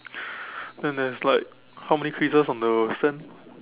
then there's like how many creases on the sand